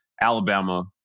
Alabama